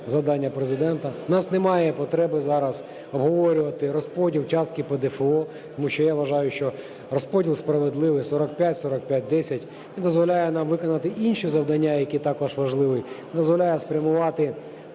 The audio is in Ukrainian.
завдання Президента. У нас немає потреби зараз обговорювати розподіл частки ПДФО, тому що я вважаю, що розподіл справедливий 45/45/10. Він дозволяє нам виконати інші завдання, які також важливі, дозволяє спрямувати